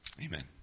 Amen